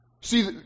See